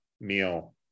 meal